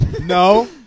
No